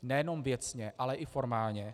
Nejenom věcně, ale i formálně.